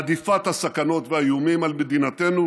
הדיפת הסכנות והאיומים על מדינתנו